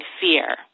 fear